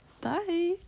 bye